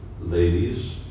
ladies